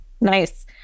Nice